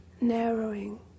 narrowing